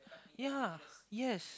ya yes